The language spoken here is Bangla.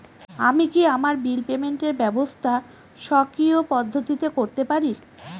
আমি কি আমার বিল পেমেন্টের ব্যবস্থা স্বকীয় পদ্ধতিতে করতে পারি?